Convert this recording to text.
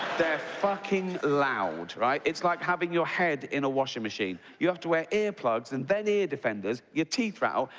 they're fucking loud, right? it's like having your head in a washing machine. you have to wear earplugs and then ear defenders. your teeth rattle,